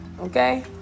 Okay